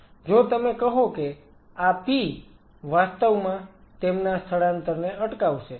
જો તમે કહો કે આ P વાસ્તવમાં તેમના સ્થળાંતરને અટકાવશે